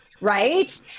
right